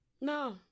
No